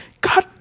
God